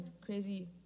crazy